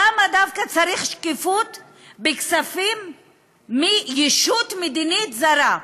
למה צריך שקיפות דווקא בכספים מישות מדינית זרה?